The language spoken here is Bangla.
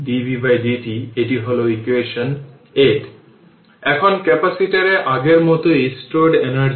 সুতরাং RL সার্কিটের সময় কনস্ট্যান্ট হল LR যেখানে ক্যাপাসিটরের জন্য এটি হল R C